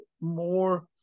more